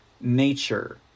nature